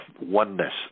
oneness